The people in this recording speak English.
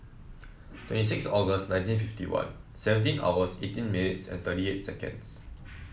twenty six August nineteen fifty one seventeen hours eighteen minutes and thirty eight seconds